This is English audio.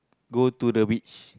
go to the beach